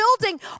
building